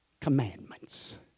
commandments